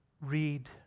Read